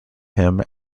him